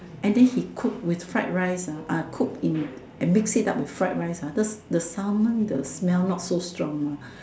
and then he cook with fried rice ah uh cook in and mix it up with fried rice ah just the Salmon the smell not so strong mah